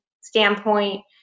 standpoint